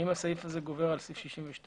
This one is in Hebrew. האם הסעיף הזה גובר על סעיף 62?